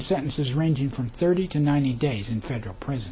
sentences ranging from thirty to ninety days in federal prison